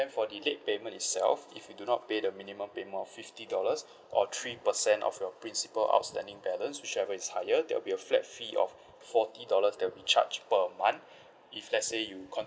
~en for the late payment itself if you do not pay the minimum payment of fifty dollars or three percent of your principal outstanding balance whichever is higher there'll be a flat fee of forty dollars there will be charge per month if let's say you con~